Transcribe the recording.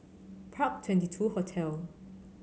Park Twenty two Hotel